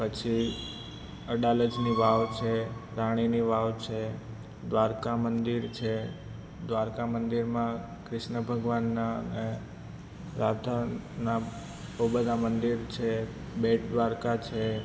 પછી અડાલજની વાવ છે રાણીની વાવ છે દ્વારકા મંદિર છે દ્વારકા મંદિરમાં ક્રૃષ્ણ ભગવાનના અને રાધાજીના બહુ બધા મંદિર છે બેટ દ્વારકા છે